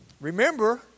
Remember